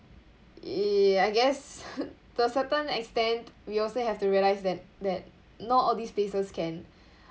I guess to a certain extent we also have to realise that that not all these places can